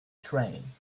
train